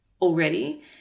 already